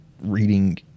reading